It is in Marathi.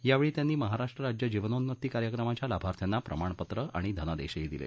यावेळी त्यांनी महाराष्ट्र राज्य जीवनोन्नती कार्यक्रमाच्या लाभार्थ्यांना प्रमाणपत्र आणि धनादेशही दिले